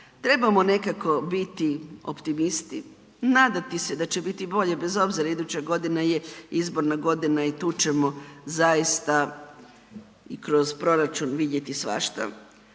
Trebamo nekako biti optimisti, nadati se da će biti bolje bez obzira iduća godina je izborna godina i tu ćemo zaista i kroz proračun vidjeti svašta,